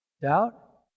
Doubt